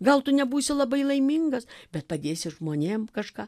gal tu nebūsi labai laimingas bet padėsi žmonėm kažką